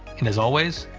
and as always,